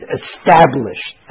established